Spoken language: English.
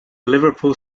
liverpool